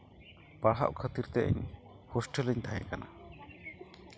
ᱯᱟᱲᱦᱟᱜ ᱠᱷᱟᱹᱛᱤᱨ ᱛᱮ ᱦᱳᱥᱴᱮᱹᱞ ᱨᱤᱧ ᱛᱟᱦᱮᱸ ᱠᱟᱱᱟ